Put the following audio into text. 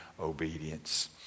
obedience